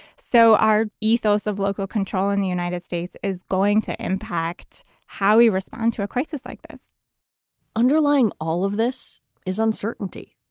so our ethos of local control in the united states is going to impact how we respond to a crisis like this underlying all of this is uncertainty.